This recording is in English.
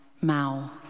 Mao